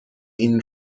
این